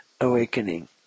awakening